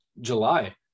July